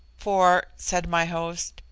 for said my host,